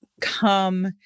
come